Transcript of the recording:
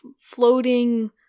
floating